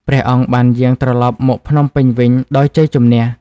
ព្រះអង្គបានយាងត្រឡប់មកភ្នំពេញវិញដោយជ័យជម្នះ។